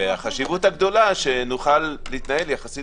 והחשיבות הגדולה שנוכל להתנהל יחסית